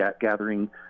gathering